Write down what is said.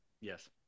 Yes